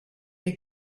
the